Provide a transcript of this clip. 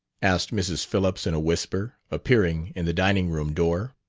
asked mrs. phillips in a whisper, appearing in the dining-room door.